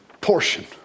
portion